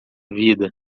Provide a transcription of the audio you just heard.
vida